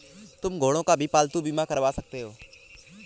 तुम घोड़ों का भी पालतू बीमा करवा सकते हो